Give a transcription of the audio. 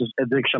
addiction